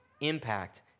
impact